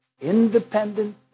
Independent